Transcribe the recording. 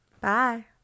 Bye